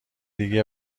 دیگه